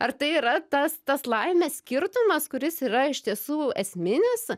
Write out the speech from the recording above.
ar tai yra tas tas laimės skirtumas kuris yra iš tiesų esminis